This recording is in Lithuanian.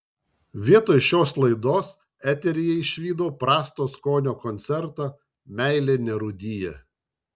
vietoj šios laidos eteryje išvydau prasto skonio koncertą meilė nerūdija